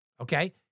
okay